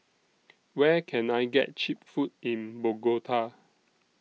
Where Can I get Cheap Food in Bogota